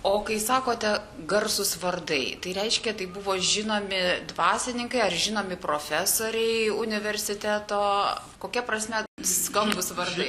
o kai sakote garsūs vardai tai reiškia tai buvo žinomi dvasininkai ar žinomi profesoriai universiteto kokia prasme skambūs vardai